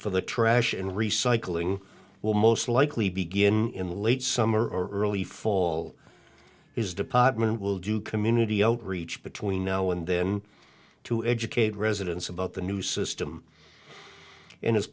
for the trash and recycling will most likely begin in late summer early fall his department will do community outreach between now and then to educate residents about the new system in his